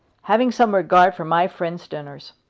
having some regard for my friends' dinners.